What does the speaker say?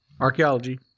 archaeology